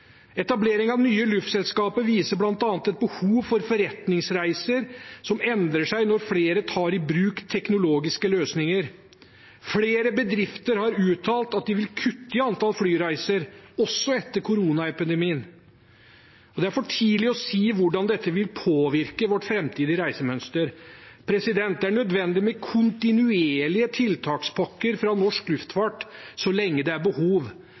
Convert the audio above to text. Etablering av nye flyselskaper viser bl.a. at behovet for forretningsreiser endrer seg når flere tar i bruk teknologiske løsninger. Flere bedrifter har uttalt at de vil kutte i antallet flyreiser også etter koronapandemien. Det er for tidlig å si hvordan dette vil påvirke vårt framtidige reisemønster. Det er nødvendig med kontinuerlige tiltakspakker til norsk luftfart så lenge det er behov.